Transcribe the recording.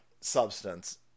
substance